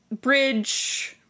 bridge